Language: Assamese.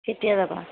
কেতিয়া যাবা